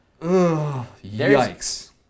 yikes